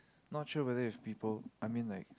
not sure whether it's people I mean like